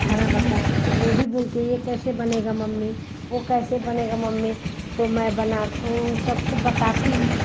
खाना बता वह भी बोलती हैं यह कैसे बनेगा मम्मी वह कैसे बनेगा मम्मी तो मैं बना उन सबको बताती हूँ